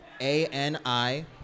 A-N-I